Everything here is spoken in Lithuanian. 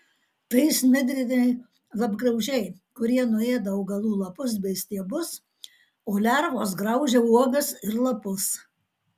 tai smidriniai lapgraužiai kurie nuėda augalų lapus bei stiebus o lervos graužia uogas ir lapus